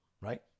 right